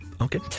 Okay